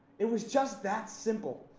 it was just that simple.